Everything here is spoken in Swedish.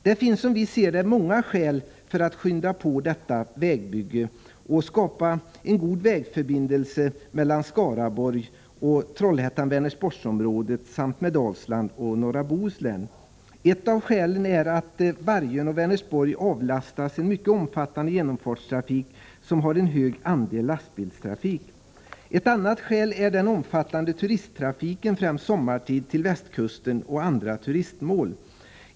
Det finns, som vi ser det, många skäl till att skynda på detta vägbygge och skapa en god vägförbindelse mellan Skaraborg och Trollhättan-Vänersborgs-området samt med Dalsland och norra Bohuslän. Ett av skälen är att Vargön och Vänersborg kan avlastas en mycket omfattande genomfartstrafik med en hög andel av lastbilstrafik. Ett annat skäl är den omfattande turisttrafiken, främst sommartid, till västkusten och andra turistmål.